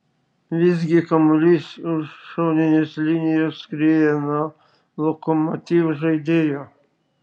visgi kamuolys už šoninės linijos skriejo nuo lokomotiv žaidėjo